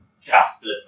justice